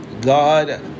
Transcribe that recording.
God